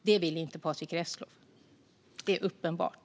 Det vill inte Patrick Reslow; det är uppenbart.